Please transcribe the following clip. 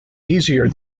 easier